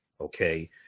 Okay